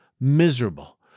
miserable